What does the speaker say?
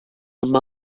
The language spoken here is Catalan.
amb